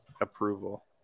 approval